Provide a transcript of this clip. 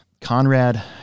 Conrad